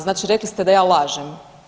Znači rekli ste da ja lažem.